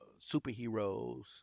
superheroes